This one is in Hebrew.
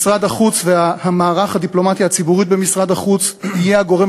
משרד החוץ ומערך הדיפלומטיה הציבורית במשרד החוץ יהיו הגורם